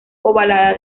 ovalada